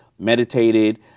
meditated